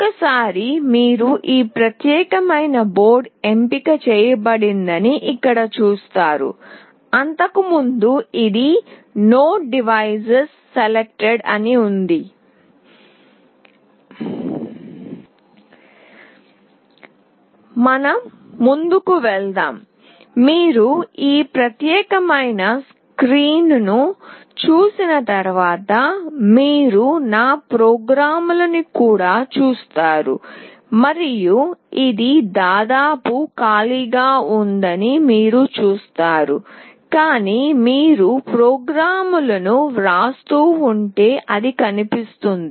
ఒకసారి మీరు ఈ ప్రత్యేకమైన బోర్డు ఎంపిక చేయబడిందని ఇక్కడ చూస్తారు అంతకుముందు ఇది నో డివైస్ సెలెక్టెడ్ మనం ముందుకు వెళ్దాం మీరు ఈ ప్రత్యేకమైన స్క్రీన్ ను చూసిన తర్వాత మీరు నా ప్రోగ్రామ్ లను కూడా చూస్తారు మరియు ఇది దాదాపు ఖాళీగా ఉందని మీరు చూస్తారు కానీ మీరు ప్రోగ్రామ్ లను వ్రాస్తూ ఉంటే అది కనిపిస్తుంది